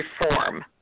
reform